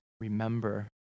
remember